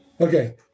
Okay